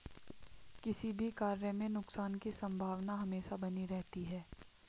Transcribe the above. किसी भी कार्य में नुकसान की संभावना हमेशा बनी रहती है